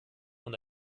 und